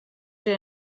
der